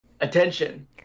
attention